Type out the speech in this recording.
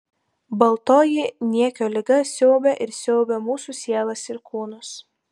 baltoji niekio liga siaubė ir siaubia mūsų sielas ir kūnus